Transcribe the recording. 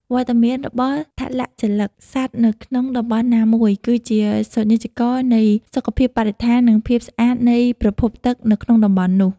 វត្តមានរបស់ថលជលិកសត្វនៅក្នុងតំបន់ណាមួយ គឺជាសូចនាករនៃសុខភាពបរិស្ថាន និងភាពស្អាតនៃប្រភពទឹកនៅក្នុងតំបន់នោះ។